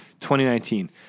2019